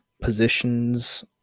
positions